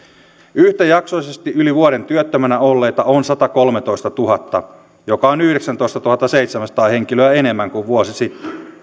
yhtäjaksoisesti yli vuoden työttömänä olleita on satakolmetoistatuhatta joka on yhdeksäntoistatuhattaseitsemänsataa henkilöä enemmän kuin vuosi sitten